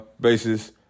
basis